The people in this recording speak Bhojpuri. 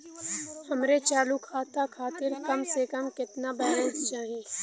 हमरे चालू खाता खातिर कम से कम केतना बैलैंस चाही?